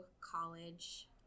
college